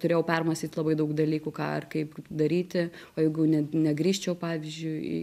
turėjau permąstyt labai daug dalykų ką ir kaip daryti o jeigu ne negrįžčiau pavyzdžiui į